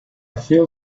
feel